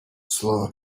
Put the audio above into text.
слово